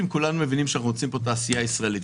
אם כולנו מבינים שאנחנו רוצים פה תעשייה ישראלית,